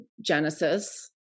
Genesis